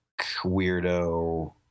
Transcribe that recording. weirdo